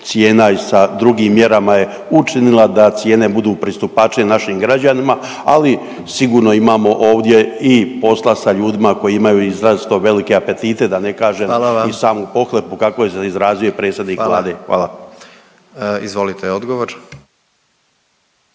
cijena i sa drugim mjerama je učinila da cijene budu pristupačnije našim građanima, ali sigurno imamo ovdje i posla sa ljudima koji imaju izrazito velike apetite da ne kažem … …/Upadica predsjednik: Hvala vam./… …